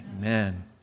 Amen